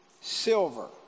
silver